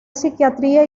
psiquiatría